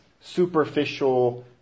superficial